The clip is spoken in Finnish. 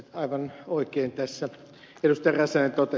aivan oikein tässä ed